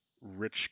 rich